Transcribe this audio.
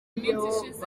ishize